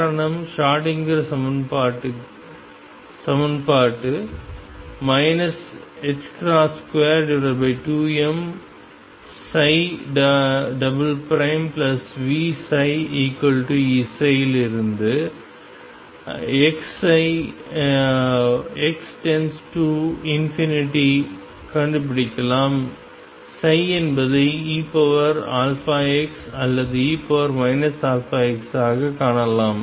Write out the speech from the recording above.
காரணம் ஷ்ரோடிங்கர் சமன்பாட்டி 22mVψEψ இருந்து x ஐ x→∞ கண்டுபிடிக்கலாம் என்பதை eαx அல்லது e αx ஆகக் காணலாம்